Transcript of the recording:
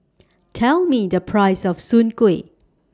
Tell Me The Price of Soon Kueh